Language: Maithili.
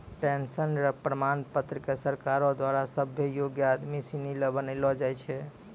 पेंशन र प्रमाण पत्र क सरकारो द्वारा सभ्भे योग्य आदमी सिनी ल बनैलो जाय छै